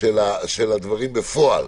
של הדברים בפועל.